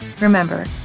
Remember